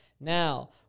now